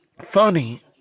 funny